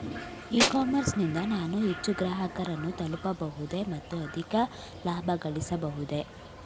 E commerce ನಿಂದ ನಾನು ಹೆಚ್ಚು ಗ್ರಾಹಕರನ್ನು ತಲುಪಬಹುದೇ ಮತ್ತು ಅಧಿಕ ಲಾಭಗಳಿಸಬಹುದೇ?